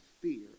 fear